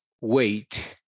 wait